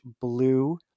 blue